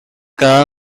quedar